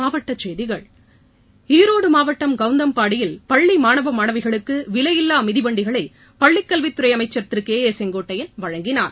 மாவட்டச்செய்திகள் ஈரோடு மாவட்டம் கவுந்தபாடியில் பள்ளி மாணவ மாணவிகளுக்கு விலையில்லா மிதிவண்டிகளை பள்ளி கல்வித் துறை அமைச்சர் திரு செங்கோட்டையன் வழங்கினார்